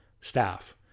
staff